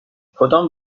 کدام